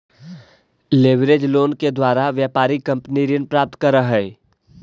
leverage loan के द्वारा व्यापारिक कंपनी ऋण प्राप्त करऽ हई